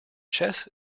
chess